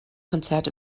konzert